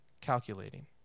calculating